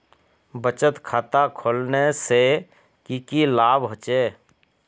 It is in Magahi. बचत खाता खोलने से की की लाभ होचे?